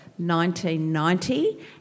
1990